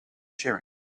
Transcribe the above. sharing